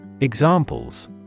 Examples